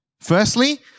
Firstly